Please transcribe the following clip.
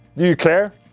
you care?